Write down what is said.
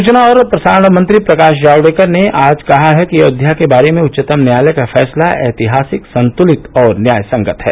सूचना और प्रसारण मंत्री प्रकाश जावडेकर ने आज कहा है कि अयोध्या के बारे में उच्चतम न्यायालय का फैसला ऐतिहासिक संतुलित और न्यायसंगत है